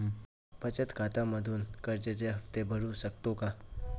बचत खात्यामधून कर्जाचे हफ्ते भरू शकतो का?